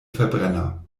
verbrenner